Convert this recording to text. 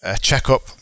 checkup